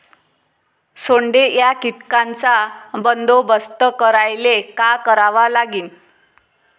सोंडे या कीटकांचा बंदोबस्त करायले का करावं लागीन?